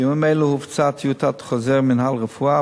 בימים אלה הופצה טיוטת חוזר מינהל רפואה,